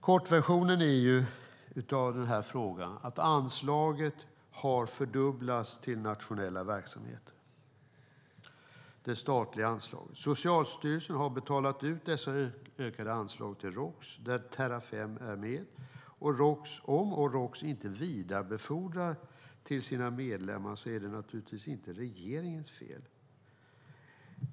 Kortversionen av frågan är att det statliga anslaget till nationella verksamheter har fördubblats. Socialstyrelsen har betalat ut dessa ökade anslag till Roks, där Terrafem är med. Om Roks inte vidarebefordrar anslag till sina medlemmar är det naturligtvis inte regeringens fel.